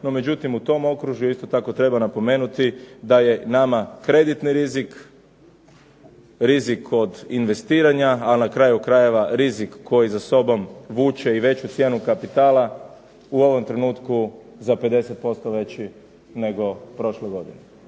NO međutim, u tom okružju isto tako treba napomenuti da je nama kreditni rizik, rizik od investiranja, na kraju krajeva rizik koji za sobom vuče i veću cijenu kapitala u ovom trenutku za 50% veći nego prošle godine.